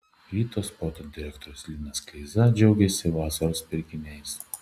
ryto sporto direktorius linas kleiza džiaugėsi vasaros pirkiniais